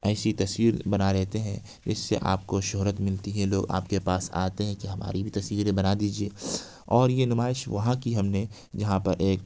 ایسی تصویر بنا لیتے ہیں جس سے آپ کو شہرت ملتی ہے لوگ آپ کے پاس آتے ہیں کہ ہماری بھی تصویریں بنا دیجیے اور یہ نمائش وہاں کی ہم نے جہاں پر ایک